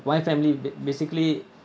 my family ba~ basically